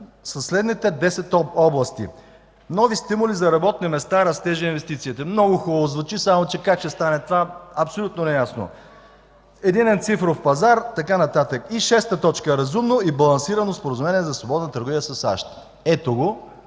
са следните 10 области: нови стимули за работни места, растеж на инвестициите”. Много хубаво звучи, само че как ще стане това? Абсолютно неясно! „Един цифров пазар” и така нататък. И – т. 6 „разумно и балансирано Споразумение за свободна търговия със САЩ”. Ето го